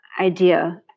idea